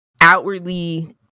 outwardly